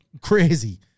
crazy